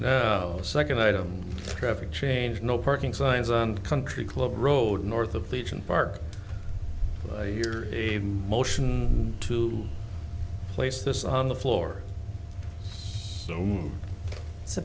you second item traffic change no parking signs and country club road north of legion park you're a motion to place this on the floor